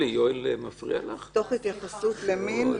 תוך התייחסות למין,